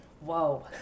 Whoa